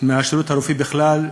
מהשירות הרפואי בכלל,